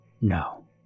No